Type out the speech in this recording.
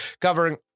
covering